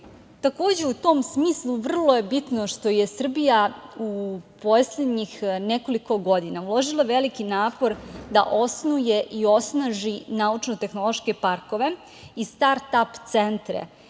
pruža.U tom smislu, vrlo je bitno što je Srbija u poslednjih nekoliko godina uložila veliki napor da osnuje i osnaži naučno-tehnološke parkove i start-ap centre,